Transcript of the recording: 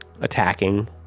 Attacking